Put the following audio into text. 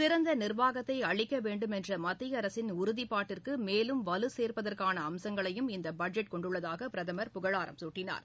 சிறந்த நிா்வாகத்தை அளிக்க வேண்டுமென்ற மத்திய அரசின் உறுதிப்பாட்டிற்கு மேலும் வலு சோப்பதற்கான அம்சங்களையும் இந்த பட்ஜெட் கொண்டுள்ளதாக பிரதம் புகழாரம் சூட்டினார்